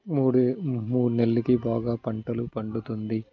మూడు మూడు నెలలకి బాగా పంటలు పండుతుంది